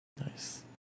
Nice